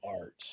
art